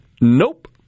Nope